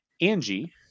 Angie